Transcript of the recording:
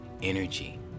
energy